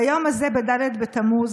ביום הזה, ד' בתמוז,